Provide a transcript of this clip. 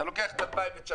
אתה לוקח את 2019,